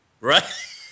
Right